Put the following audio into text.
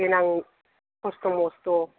देनां खस्थ' मस्थ'